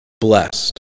blessed